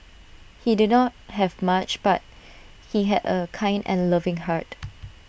he did not have much but he had A kind and loving heart